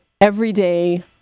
everyday